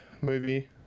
movie